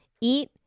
eat